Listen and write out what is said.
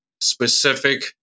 specific